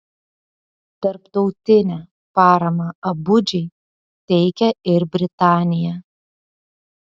tarptautinę paramą abudžai teikia ir britanija